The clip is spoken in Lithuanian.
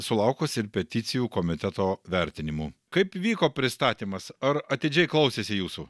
sulaukus ir peticijų komiteto vertinimų kaip vyko pristatymas ar atidžiai klausėsi jūsų